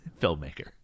filmmaker